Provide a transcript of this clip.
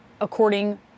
according